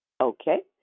Okay